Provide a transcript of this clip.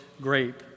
grape